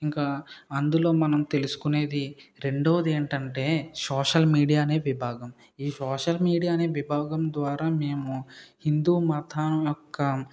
ఇంకా అందులో మనం తెలుసుకునేది రెండవది ఏంటంటే సోషల్ మీడియా అనే విభాగం ఈ సోషల్ మీడియా అనే విభాగం ద్వారా మేము హిందూ మతం యొక్క